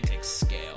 scale